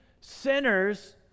sinners